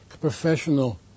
professional